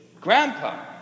Grandpa